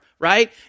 right